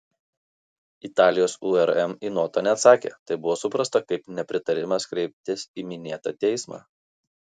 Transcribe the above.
italijos urm į notą neatsakė tai buvo suprasta kaip nepritarimas kreiptis į minėtą teismą